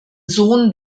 sohn